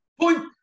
Point